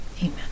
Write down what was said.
Amen